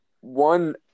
one